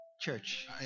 church